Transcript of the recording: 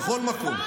בכל מקום.